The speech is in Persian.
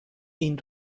این